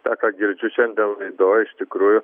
tą ką girdžiu šiandien laidoj iš tikrųjų